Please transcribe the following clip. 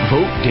Vote